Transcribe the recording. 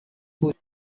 بود